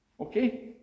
Okay